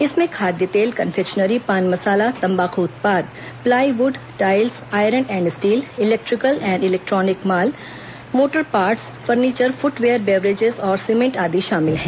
इसमें खाद्य तेल कनफेक्शनरी पान मसाला तम्बाकू उत्पाद plywood tiles iron and steel electrical एवं इलेक्ट्रॉनिक माल motor parts furniture footwear beverages और सीमेंट आदि शामिल हैं